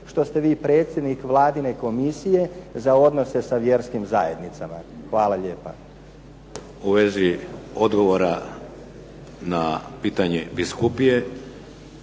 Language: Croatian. što ste vi predsjednik Vladine komisije za odnose sa vjerskim zajednicama. Hvala lijepa. **Šeks, Vladimir (HDZ)** U vezi odgovora na pitanje biskupije